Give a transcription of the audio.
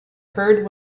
heard